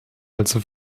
also